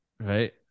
right